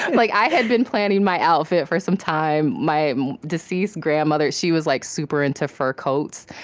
like i had been planning my outfit for some time. my deceased grandmother, she was like super-into fur coats.